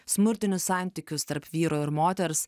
smurtinius santykius tarp vyro ir moters